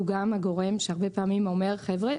הוא גם הגורם שהרבה פעמים אומר: "חבר'ה,